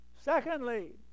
Secondly